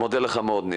אני מודה לך מאוד ניר.